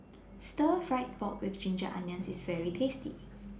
Stir Fry Pork with Ginger Onions IS very tasty